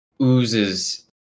oozes